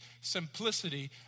simplicity